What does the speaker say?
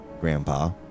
Grandpa